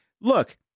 look